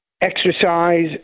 Exercise